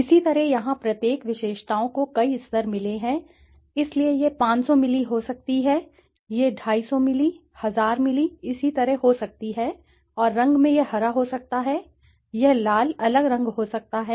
इसी तरह यहां प्रत्येक विशेषताओं को कई स्तर मिले हैं इसलिए यह 500 मिली हो सकती है यह 250 मिली 1000 मिली इसी तरह हो सकती है और रंग में यह हरा हो सकता है यह लाल अलग रंग हो सकता है